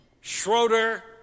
Schroeder